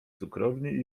cukrowni